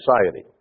society